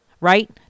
right